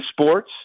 sports